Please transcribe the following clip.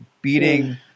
beating